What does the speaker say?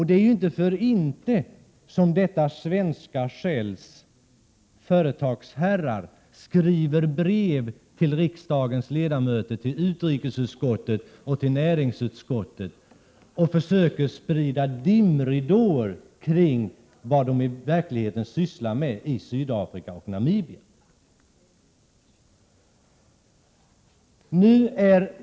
Det är inte för inte som Svenska Shells företagsherrar skriver brev till riksdagens ledamöter, till utrikesutskottet och till näringsutskottet, och försöker sprida dimridåer kring vad de i verkligheten sysslar med i Sydafrika och Namibia.